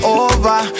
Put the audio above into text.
over